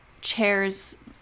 chairs